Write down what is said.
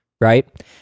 right